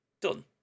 done